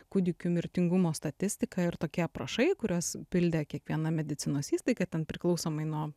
kūdikių mirtingumo statistika ir tokie aprašai kuriuos pildė kiekviena medicinos įstaiga ten priklausomai nuo